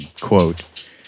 quote